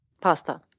Pasta